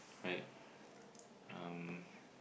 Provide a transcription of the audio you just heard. right um